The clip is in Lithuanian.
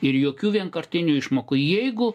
ir jokių vienkartinių išmokų jeigu